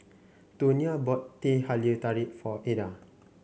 Tonia bought Teh Halia Tarik for Eda